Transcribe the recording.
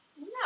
No